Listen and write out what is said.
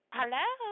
Hello